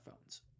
phones